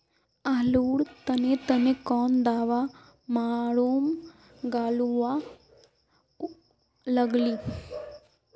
आलूर तने तने कौन दावा मारूम गालुवा लगली?